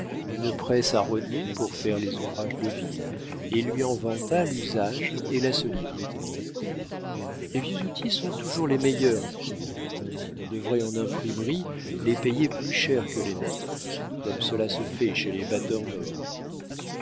une presse à rogner pour faire les ouvrages de ville et il lui en vanta l'usage et la solidité les vieux outils sont toujours les meilleurs dit-il on devrait en imprimerie les payer plus cher que les neufs comme cela se fait chez les